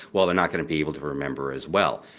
well they're not going to be able to remember as well.